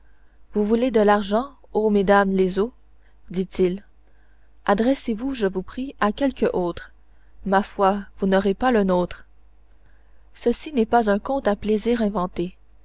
vous voulez de l'argent ô mesdames les eaux dit-il adressez-vous je vous prie à quelque autre ma foi vous n'aurez pas le nôtre ceci n'est pas un conte à plaisir inventé